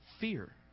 Fear